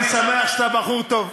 אני שמח שאתה בחור טוב.